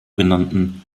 genannten